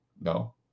No